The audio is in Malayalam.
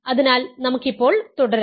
അതിനാൽ നമുക്ക് ഇപ്പോൾ തുടരാം